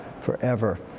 forever